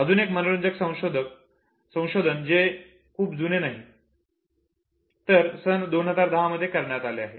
अजून एक मनोरंजक संशोधन जे खूप जुने नाही तर सन 2010 मध्ये करण्यात आले आहे